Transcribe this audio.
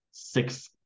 Six